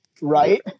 right